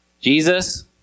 Jesus